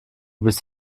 bist